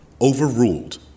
Overruled